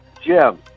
Jim